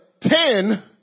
ten